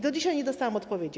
Do dzisiaj nie dostałam odpowiedzi.